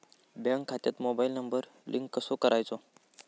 Bank खात्यात mobile number link कसो करायचो?